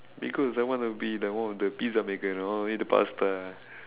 because I want to be the one of the pizza maker and I'll eat the pasta